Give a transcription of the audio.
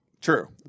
True